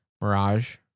Mirage